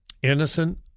Innocent